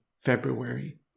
February